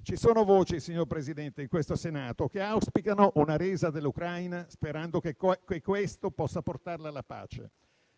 Ci sono voci, signor Presidente, in questo Senato che auspicano una resa dell'Ucraina, sperando che questo possa portarla alla pace: